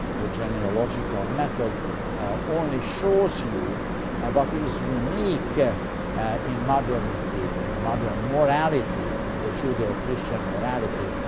the genealogical method only shows you um what is unique yeah in modernity, in modern morality, in the judeo-christian morality,